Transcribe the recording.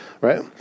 Right